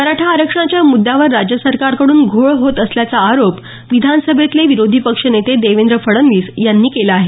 मराठा आरक्षणाच्या मुद्यावर राज्य सरकारकडून घोळ होत असल्याचा आरोप विधानसभेतले विरोधी पक्षनेते देवेंद्र फडणवीस यांनी केला आहे